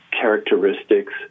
characteristics